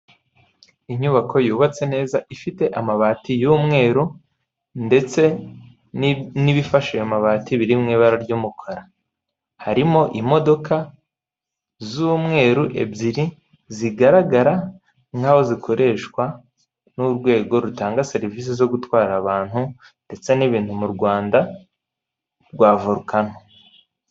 Inyubako yubatse neza ifite amabati y'umweru ndetse n'ibifashe amabati biri mu ibara ry'umukara harimo imodoka z'umweru ebyiri zigaragara nk'aho zikoreshwa n'urwego rutanga serivisi zo gutwara abantu ndetse n'ibintu mu Rwanda rwa volukano.